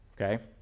okay